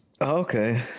Okay